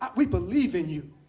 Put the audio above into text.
ah we believe in you.